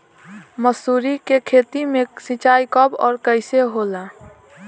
मसुरी के खेती में सिंचाई कब और कैसे होला?